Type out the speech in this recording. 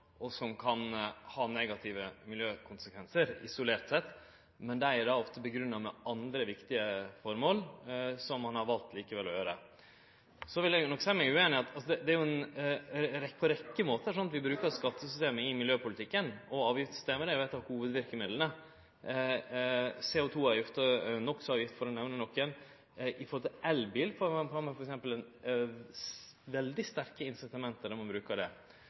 isolert sett kan ha negative miljøkonsekvensar. Men dei er då ofte grunngjeve med andre viktige formål som ein likevel har valt. Så vil eg nok seie meg ueinig. Det er på ei rekkje måtar vi brukar skattesystemet i miljøpolitikken, og avgiftssystemet er jo eit av hovudverkemidla – CO2-avgift og NOx-avgift for å nemne nokre. Når det gjeld elbil, har ein t.d. veldig sterke incitament til å bruke det.